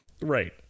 Right